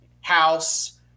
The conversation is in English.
House